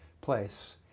place